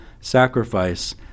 sacrifice